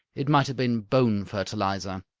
it might have been bone-fertilizer.